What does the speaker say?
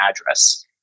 address